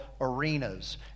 arenas